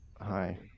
Hi